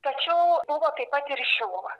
tačiau buvo taip pat ir į šiluvą